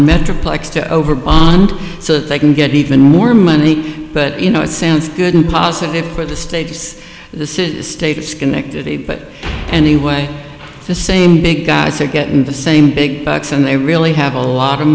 metroplex to over bond so that they can get even more money but you know it sounds good and positive for the status of the city state of schenectady but anyway the same big guys are getting the same big bucks and they really have a lot of